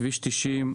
כביש 90,